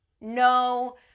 no